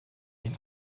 ein